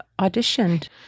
auditioned